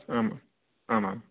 आम् आम् आम्